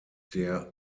der